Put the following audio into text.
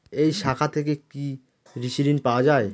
এই শাখা থেকে কি কৃষি ঋণ পাওয়া যায়?